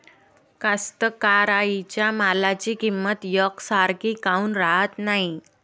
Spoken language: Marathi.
कास्तकाराइच्या मालाची किंमत यकसारखी काऊन राहत नाई?